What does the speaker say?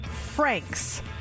Frank's